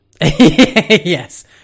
Yes